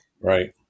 Right